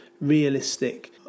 realistic